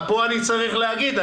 פה אני צריך להגיד,